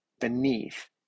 beneath